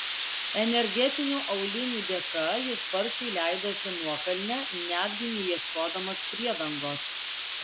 energetinių aulinių dėka jis sparčiai leidosi nuokalne netgi neieškodamas priedangos